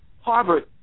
Harvard